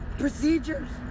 procedures